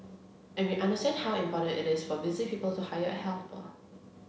and we understand how important it is for busy people to hire a helper